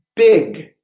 Big